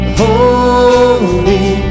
holy